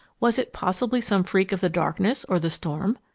was it possibly some freak of the darkness or the storm?